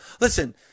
Listen